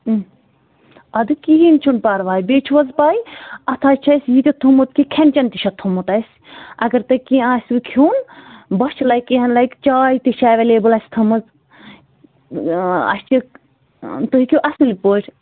اَدٕ کِہیٖنۍ چھُنہٕ پَرواے بیٚیہِ چھُو حظ پٕے اَتھ حظ چھُ اَسہِ یہِ تہِ تھوٚمُت کہِ کھٮ۪ن چٮ۪ن تہِ چھِ اتھ تھوٚمُت اَسہِ اگر تُہہِ کیٚنٛہہ آسوٕ کھیٚون بۄچھ لَگہِ کہِینٛہ لَگہِ چاے تہِ چھے ایوَیلیبٕل اَسہِ تھٲومٕژ اَسہِ چھِکھ تُہۍ ہیٚکِو اَصٕل پٲٹھۍ